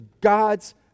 God's